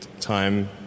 time